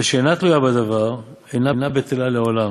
ושאינה תלויה בדבר, אינה בטלה לעולם.